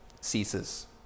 ceases